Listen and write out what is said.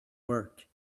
work